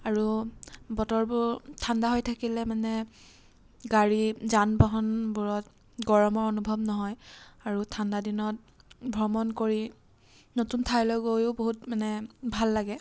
আৰু বতৰবোৰ ঠাণ্ডা হৈ থাকিলে মানে গাড়ী যান বাহনবোৰত গৰমৰ অনুভৱ নহয় আৰু ঠাণ্ডাদিনত ভ্ৰমণ কৰি নতুন ঠাইলৈ গৈও বহুত মানে ভাল লাগে